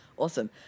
awesome